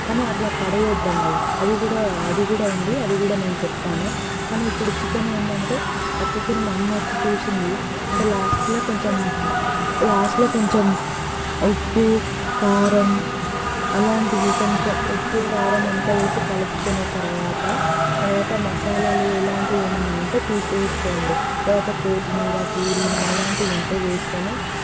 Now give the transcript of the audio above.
కానీ అట్లా పడేయకండి అది కూడా అది కూడా ఉంది అది గూడా నేను చెప్తాను కానీ ఇప్పుడు చికెన్ ఏంటంటే ఆ చికెన్ మా అమ్మ వచ్చి చూసింది అంటే లాస్ట్లో కొంచెం లాస్ట్లో కొంచెం ఉప్పు కారం అలాంటివి కొంచెం ఉప్పు కారం అంత వేసి కలుపుకునే తరువాత తరువాత మసాలాలు ఇలాంటివి ఏమైనా ఉంటే తీసి వేసుకోండి తరువాత కొత్తిమీర పుదీనా అలాంటివి ఉంటే వేసుకొని